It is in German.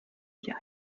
hier